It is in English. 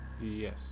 Yes